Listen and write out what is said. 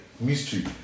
mystery